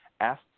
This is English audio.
asked